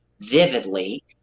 vividly